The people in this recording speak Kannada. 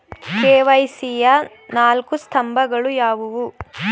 ಕೆ.ವೈ.ಸಿ ಯ ನಾಲ್ಕು ಸ್ತಂಭಗಳು ಯಾವುವು?